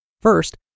first